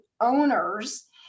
owners